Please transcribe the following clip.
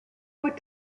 what